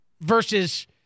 versus